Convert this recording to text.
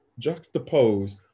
juxtapose